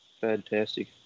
Fantastic